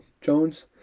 Jones